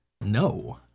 No